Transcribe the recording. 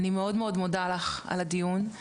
אני מאוד מאוד מודה לך על הדיון.